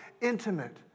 intimate